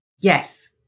Yes